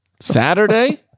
Saturday